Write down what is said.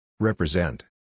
Represent